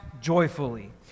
joyfully